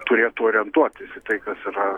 turėtų orientuotis į tai kas yra